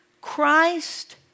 Christ